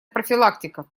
профилактика